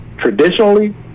traditionally